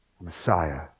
messiah